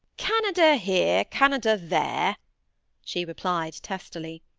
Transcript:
canada here, canada there she replied, testily.